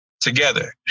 together